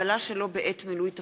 (חבלה שלא בעת מילוי תפקיד)